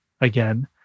again